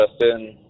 Justin